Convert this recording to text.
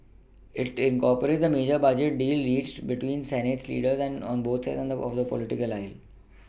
it incorporates the major budget deal reached between Senate leaders an on both sides of the political aisle